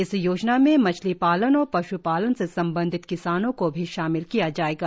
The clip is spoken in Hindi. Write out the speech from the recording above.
इस योजना में मछली पालन और पश् पालन से संबंधित किसानों को भी शामिल किया जाएगा